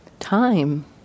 Time